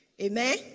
Amen